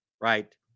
right